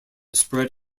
spread